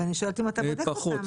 ואני שואלת אם אתה בודק אותם?